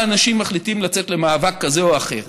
אנשים מחליטים לצאת למאבק כזה או אחר.